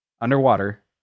underwater